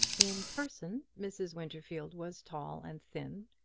in person mrs. winterfield was tall and thin,